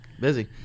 Busy